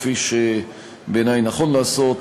כפי שבעיני נכון לעשות,